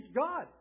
God